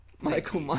Michael